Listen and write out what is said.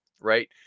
right